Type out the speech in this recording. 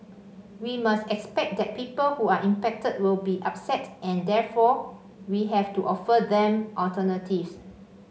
we must expect that people who are impacted will be upset and therefore we have to offer them alternatives